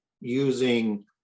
using